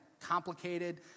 complicated